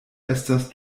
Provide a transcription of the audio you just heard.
estas